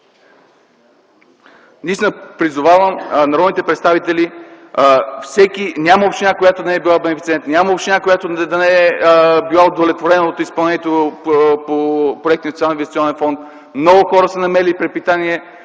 Няма община, която да не е била бенефициент. Няма община, която да не е била удовлетворена от изпълнението по проекти от Социалноинвестиционния фонд. Много хора са намерили препитание